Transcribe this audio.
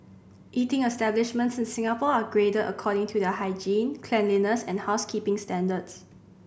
eating establishments in Singapore are graded according to their hygiene cleanliness and housekeeping standards